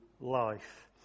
life